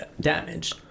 damaged